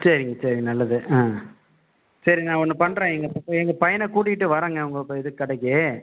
சரிங்க சரி நல்லது சரி நான் ஒன்று பண்ணுறேன் எங்கள் இப்போ போய் பையனை கூட்டிகிட்டு வரங்க உங்கள் இது கடைக்கு